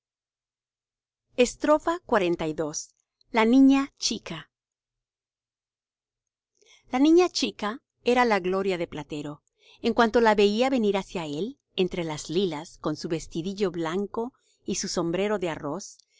fausto xlii la niña chica la niña chica era la gloria de platero en cuanto la veía venir hacia él entre las lilas con su vestídillo blanco y su sombrero de arroz